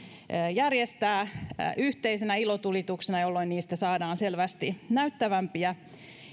järjestää yhteisenä ilotulituksena jolloin niistä saadaan selvästi näyttävämpiä